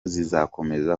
zizakomeza